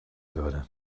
würde